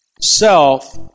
self